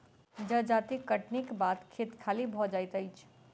जजाति कटनीक बाद खेत खाली भ जाइत अछि